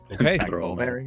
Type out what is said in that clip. Okay